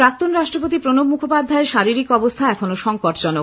প্রাক্তন রাষ্ট্রপতি প্রণব মুখোপাধ্যায়ের শারীরিক অবস্থা এখনও সঙ্কটজনক